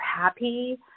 happy